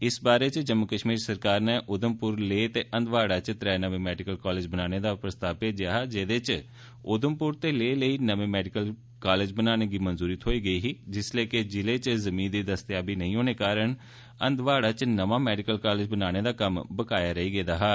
इस बारै च जम्मू कष्मीर सरकार नै उधमपुर लेह ते हंदवाड़ा च त्रै नमें मैडिकल कॉलेज बनाने बारै प्रस्ताव भेजेआ हा जेह्दे च उधमपुर ते लेह् च नमें मैडिकल कॉलेज बनाने गी मंजूरी थ्होई गेई ही जिसलै कि ज़िले च जिमीं दस्तयाब नेई होने कारण हंदवाड़ा च नमां मैडिकल कॉलेज बनाने दा कम्म बकाया रेई गेदा हा